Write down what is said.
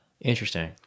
interesting